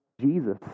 Jesus